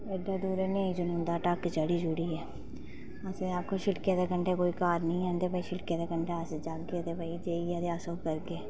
एड्डे दूरे नेईं जनोंदा ढक्क चढी चढ़ियैअसें गी आक्खो शिड़कै दे कंढै कोई घर नेईं हैन ते शिड़कै दे कंढै अस जाह्गे ते भाई जाइयै ते अस करगे